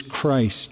Christ